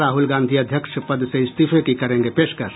राहुल गांधी अध्यक्ष पद से इस्तीफे की करेंगे पेशकश